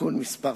(תיקון מס'